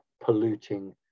polluting